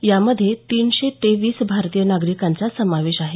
यामध्ये तिनशे तेवीस भारतीय नागरिकांचा समावेश आहे